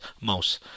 mouse